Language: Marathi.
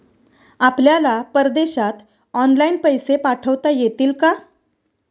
आपल्याला परदेशात ऑनलाइन पैसे पाठवता येतील का?